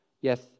Yes